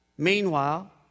Meanwhile